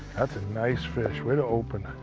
that's a nice fish. way to open.